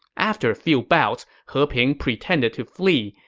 after a few bouts, he ping pretended to flee.